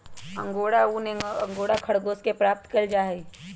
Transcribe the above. angora ऊन एक angora खरगोश से प्राप्त कइल जाहई